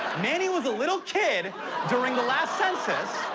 manny was a little kid during the last census.